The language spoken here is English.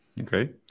Okay